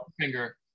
finger